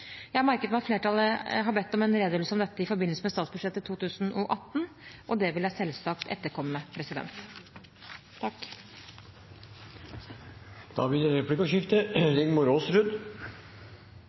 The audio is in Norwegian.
Jeg har merket meg at flertallet har bedt om en redegjørelse om dette i forbindelse med statsbudsjettet for 2018, og det ønsket vil jeg selvsagt etterkomme.